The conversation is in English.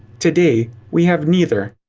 today we have neither.